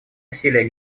усилия